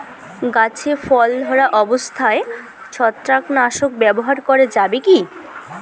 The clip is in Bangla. গাছে ফল ধরা অবস্থায় ছত্রাকনাশক ব্যবহার করা যাবে কী?